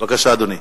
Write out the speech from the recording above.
בבקשה, אדוני.